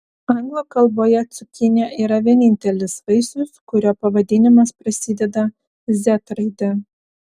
anglų kalboje cukinija yra vienintelis vaisius kurio pavadinimas prasideda z raide